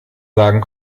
sagen